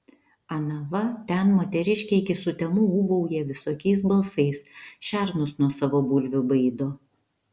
ana va ten moteriškė iki sutemų ūbauja visokiais balsais šernus nuo savo bulvių baido